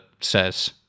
says